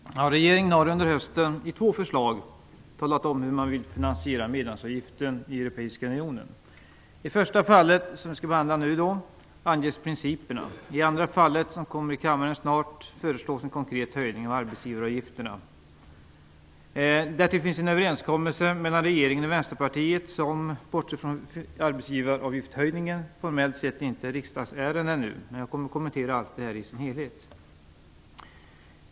Herr talman! Regeringen har under hösten i två förslag talat om hur man vill finansiera medlemsavgiften till Europeiska unionen. I första fallet, som vi behandlar nu, anges principerna. I det andra fallet, som kommer till kammaren för behandling snart, föreslås en konkret höjning av arbetsgivaravgifterna. Därtill finns en överenskommelse mellan regeringen och Vänsterpartiet som, bortsett från arbetsgivaravgiftshöjningen, formellt sett ännu inte är ett riksdagsärende. Jag kommer att kommentera finansieringen i sin helhet.